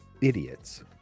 idiots